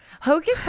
Hocus